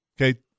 Okay